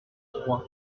trois